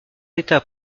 état